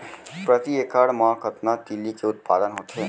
प्रति एकड़ मा कतना तिलि के उत्पादन होथे?